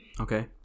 Okay